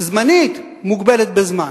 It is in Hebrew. "זמנית" מוגבלת בזמן.